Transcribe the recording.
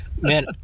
man